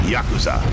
Yakuza